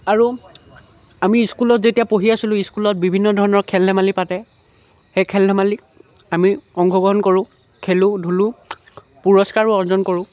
আৰু আমি স্কুলত যেতিয়া পঢ়ি আছিলোঁ স্কুলত বিভিন্ন ধৰণৰ খেল ধেমালি পাতে সেই খেল ধেমালিত আমি অংশগ্ৰহণ কৰোঁ খেলোঁ ধূলোঁ পুৰস্কাৰো অৰ্জন কৰোঁ